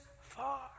far